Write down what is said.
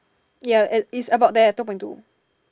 ya at is about there two point two